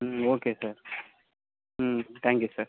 ம் okay sir ம் thank you sir